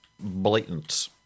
blatant